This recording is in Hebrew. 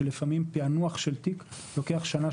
שלפעמים פענוח של תיק לוקח שנה,